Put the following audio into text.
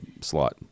slot